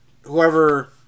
whoever